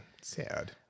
Sad